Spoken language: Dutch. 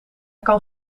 kan